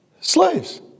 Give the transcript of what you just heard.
Slaves